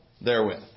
therewith